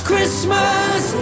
Christmas